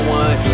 one